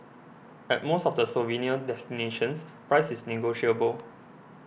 at most of the souvenir destinations price is negotiable